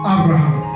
Abraham